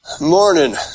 Morning